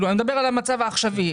אני מדבר על המצב העכשווי.